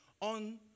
on